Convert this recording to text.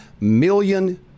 million